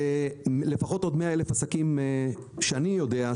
ולפחות עוד 100,000 עסקים שאני יודע,